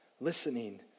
listening